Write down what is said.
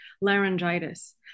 laryngitis